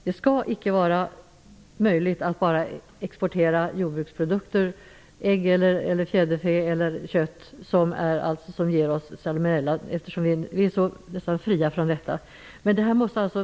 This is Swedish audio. Det skall inte vara möjligt att hit exportera jordbruksprodukter -- ägg, fjäderfä och annat kött -- som kan ge salmonella. Denna regel måste emellertid vara helt vattentät.